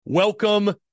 Welcome